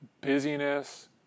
busyness